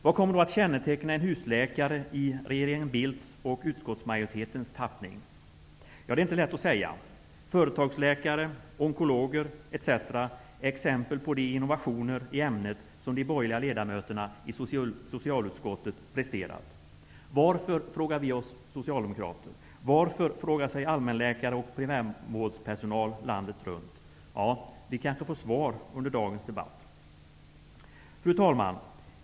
Vad kommer då att känneteckna en husläkare i regeringen Bildts och utskottsmajoritetens tappning? Ja, det är inte lätt att säga. Företagsläkare, onkologer etc. är exempel på de innovationer i ämnet som de borgerliga ledamöterna i socialutskottet presterat. Varför, frågar vi socialdemokrater. Varför, frågar allmänläkare och primärvårdspersonal landet runt. Ja, vi kanske får svar under dagens debatt. Fru talman!